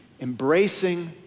embracing